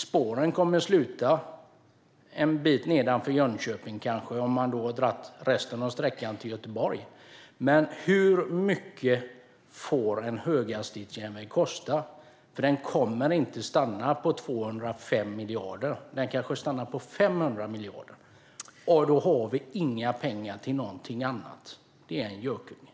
Spåren kommer kanske att sluta en bit nedanför Jönköping om man har dragit resten av sträckan till Göteborg. Hur mycket får en höghastighetsjärnväg kosta? Den kommer inte att stanna på 205 miljarder, utan den kanske stannar på 500 miljarder. Då har vi inga pengar till någonting annat. Det är en gökunge.